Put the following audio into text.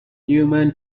newman